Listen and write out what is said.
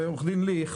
עורך הדין ליכט,